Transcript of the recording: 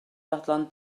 fodlon